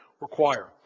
require